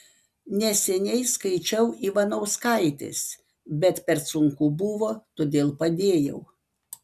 neseniai skaičiau ivanauskaitės bet per sunku buvo todėl padėjau